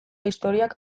historiak